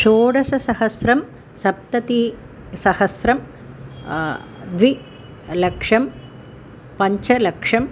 षोडशसहस्रं सप्ततिः सहस्रं द्विलक्षं पञ्चलक्षम्